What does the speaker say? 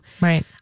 Right